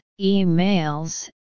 emails